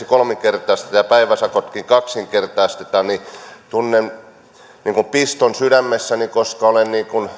kolminkertaistetaan ja päiväsakotkin kaksinkertaistetaan niin tunnen piston sydämessäni koska olen